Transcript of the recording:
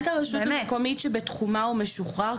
מבחינת הרשות המקומית שבתחומה הוא משוחרר,